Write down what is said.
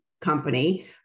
company